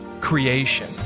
creation